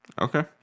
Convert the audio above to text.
Okay